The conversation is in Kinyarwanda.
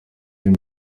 uyu